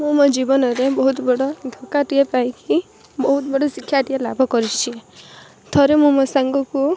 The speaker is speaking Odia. ମୁଁ ମୋ ଜୀବନରେ ବହୁତବଡ଼ ଧୋକାଟିଏ ପାଇକି ବହୁତ ବଡ଼ ଶିକ୍ଷାଟିଏ ଲାଭ କରିଛି ଥରେ ମୁଁ ମୋ ସାଙ୍ଗକୁ